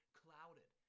clouded